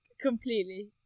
completely